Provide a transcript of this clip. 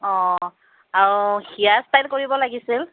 অঁ আৰু hair style কৰিব লাগিছিল